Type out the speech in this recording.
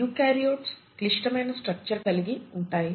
eukaryotes క్లిష్టమైన structure కలిగి ఉంటాయి